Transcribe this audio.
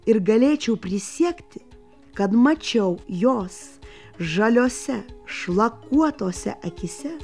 ir galėčiau prisiekti kad mačiau jos žaliose šlakuotose akyse